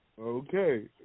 Okay